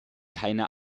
keine